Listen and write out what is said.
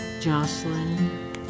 Jocelyn